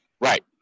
right